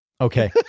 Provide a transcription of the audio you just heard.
Okay